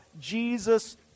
Jesus